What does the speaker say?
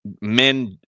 Men